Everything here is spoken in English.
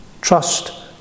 Trust